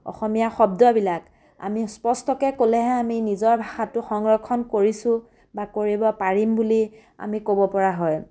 অসমীয়া শব্দবিলাক আমি স্পষ্টকৈ ক'লেহে আমি নিজৰ ভাষাটো সংৰক্ষণ কৰিছোঁ বা কৰিব পাৰিম বুলি আমি ক'ব পৰা হয়